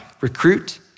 recruit